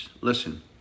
listen